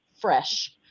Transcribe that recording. fresh